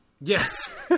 Yes